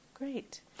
Great